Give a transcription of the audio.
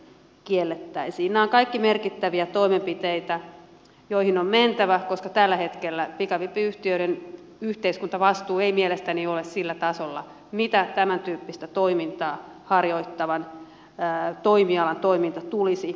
nämä ovat kaikki merkittäviä toimenpiteitä joihin on mentävä koska tällä hetkellä pikavippiyhtiöiden yhteiskuntavastuu ei mielestäni ole sillä tasolla millä tämäntyyppistä toimintaa harjoittavan toimialan toiminnan tulisi olla